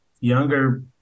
younger